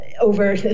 over